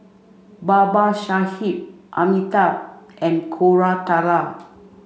Babasaheb Amitabh and Koratala